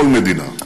כל מדינה.